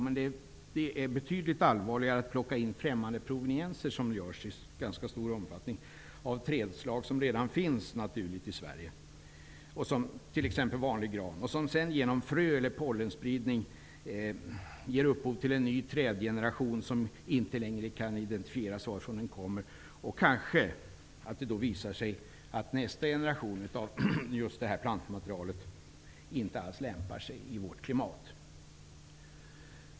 Men det är betydligt allvarligare att -- som man i ganska stor omfattning gör -- plocka in främmande provenienser av trädslag som redan finns naturligt i Sverige, som exempelvis vanlig gran. Genom fröeller pollenspridning ger de upphov till en ny trädgeneration som man inte längre kan identifiera. Det kanske visar sig att nästa generation av detta plantmaterial inte alls lämpar sig i vårt klimat.